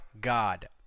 god